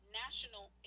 national